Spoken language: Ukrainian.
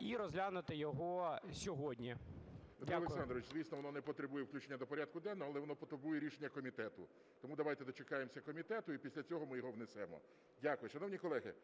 і розглянути його сьогодні. Дякую. ГОЛОВУЮЧИЙ. Дмитро Олександрович, звісно, воно не потребує включення до порядку денного, але воно потребує рішення комітету. Тому давайте дочекаємося комітету, і після цього ми його внесемо. Дякую. Шановні колеги,